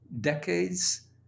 decades